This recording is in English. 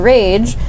Rage